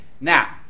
Now